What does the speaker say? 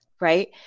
Right